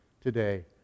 today